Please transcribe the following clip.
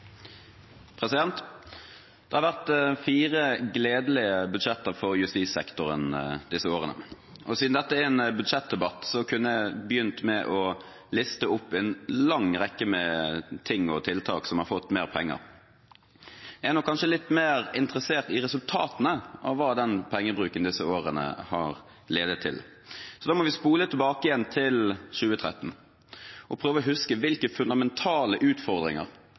en budsjettdebatt, kunne jeg begynt med å liste opp en lang rekke med ting og tiltak som har fått mer penger. Jeg er nok kanskje litt mer interessert i resultatene av hva den pengebruken disse årene har ledet til, så da må vi spole tilbake til 2013 og prøve å huske hvilke fundamentale utfordringer